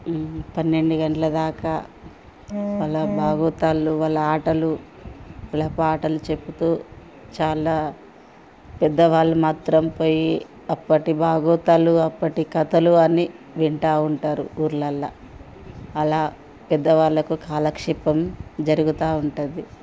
పన్నెండు గంటల దాకా వాళ్ళ బాగవతాలు వాళ్ళ ఆటలు వాళ్ళ పాటలు చెబుతూ చాలా పెద్ద వాళ్ళు మాత్రం పోయి అప్పటి భాగవతాలు అప్పటి కథలు అన్నీ వింటా ఉంటారు ఊర్లలో అలా పెద్దవాళ్ళకు కాలక్షేపం జరుగుటూ ఉంటుంది